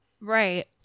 Right